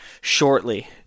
shortly